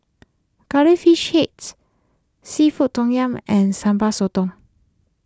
Curry Fish Heads Seafood Tom Yum and Sambal Sotong